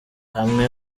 hamwe